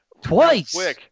twice